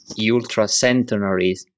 ultra-centenaries